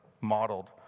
modeled